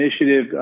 initiative